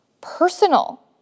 personal